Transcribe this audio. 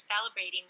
celebrating